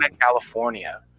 california